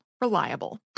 reliable